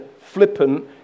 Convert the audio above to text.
flippant